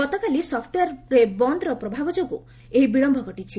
ଗତକାଲି ସଫ୍ଟୱେୟାର୍ ବନ୍ଦ୍ର ପ୍ରଭାବ ଯୋଗୁଁ ଏହି ବିଳମ୍ବ ଘଟିଛି